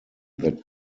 that